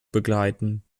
begleiten